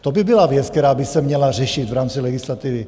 To by byla věc, která by se měla řešit v rámci legislativy.